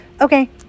Okay